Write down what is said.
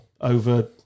over